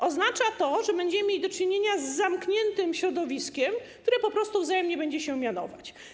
Oznacza to, że będziemy mieli do czynienia z zamkniętym środowiskiem, które po prostu wzajemnie będzie się mianować.